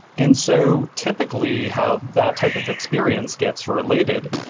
and so typically, how that type of experience gets related,